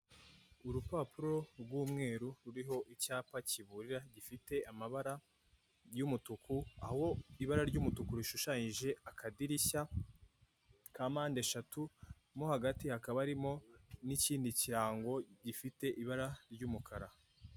Urupapuro rw'umweru ruriho icyapa kiburira gifite amabara y'umutuku aho ibara ry'umutuku rishushanyije akadirishya ka mpande eshatu mo hagati hakaba harimo n'ikindi kirango gifite ibara ry'umukara.